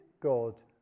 God